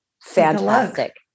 Fantastic